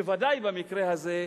בוודאי במקרה הזה,